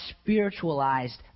spiritualized